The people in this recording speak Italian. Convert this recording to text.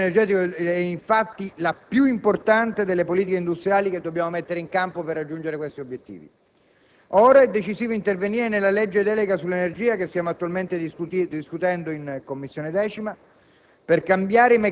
Il risparmio energetico è infatti la più importante politica industriale che dobbiamo mettere in campo per raggiungere tali obiettivi. Ora è decisivo intervenire nella legge delega sull'energia che stiamo attualmente discutendo in 10a Commissione per